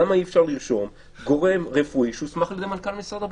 למה אי אפשר לרשום גורם רפואי שהוסמך על ידי מנכ"ל משרד הבריאות.